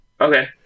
Okay